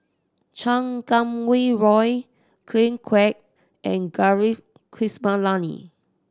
Chan Kum Wah Roy Ken Kwek and Gaurav Kripalani